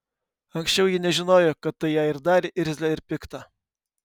anksčiau ji nežinojo kad tai ją ir darė irzlią ir piktą